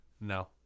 No